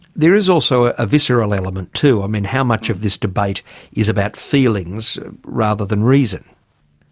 there is also a visceral element too. i mean how much of this debate is about feelings rather than reason?